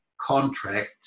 contract